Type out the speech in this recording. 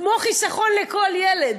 כמו "חיסכון לכל ילד",